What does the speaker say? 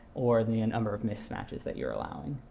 or the number of mismatches that you're allowing.